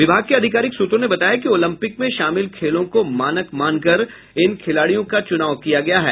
विभाग के आधिकारिक सूत्रों ने बताया कि ओलम्पिक में शामिल खेलों को मानक मानकर इन खिलाड़ियों का चुनाव किया गया है